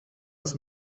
als